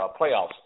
playoffs